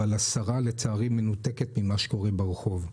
אבל השרה לצערי מנותקת ממה שקורה ברחוב.